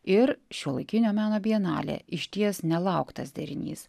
ir šiuolaikinio meno bienalė išties nelauktas derinys